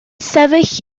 sefyll